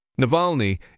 Navalny